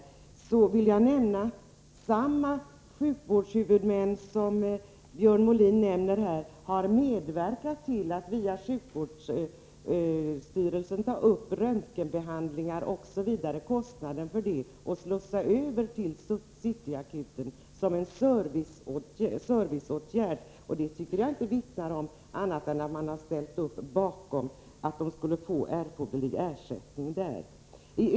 Jag vill då nämna att samma sjukvårdshuvudman som Björn Molin här nämnde har medverkat till att via sjukvårdsstyrelsen ta upp kostnaderna för röntgenbehandling osv. och slussa över ersättning för det till City Akuten som en serviceåtgärd. Det tycker jag inte vittnar om någonting annat än att man ställt upp bakom principen att City Akuten skall få erforderlig ersättning.